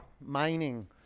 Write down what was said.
Mining